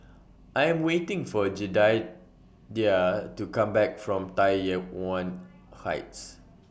I Am waiting For Jedidiah to Come Back from Tai Yuan Heights